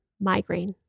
migraine